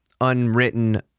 unwritten